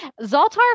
Zoltar